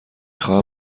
خواهم